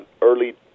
early